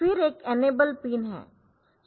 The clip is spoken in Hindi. फिर एक इनेबल पिन है